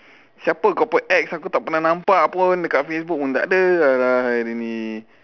siapa kau punya ex aku tak pernah nampak pun dekat facebook pun takde !alah! !hai! dia ni